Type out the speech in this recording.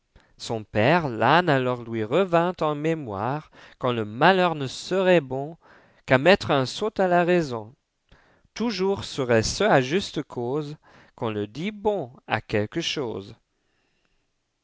son père l'âne alors lui revint en mémoire quand le malheur ne serait bon qu'à mettre un sot à la raison toujours serait-ce à juste cause qu'on le dit bon à quelque chose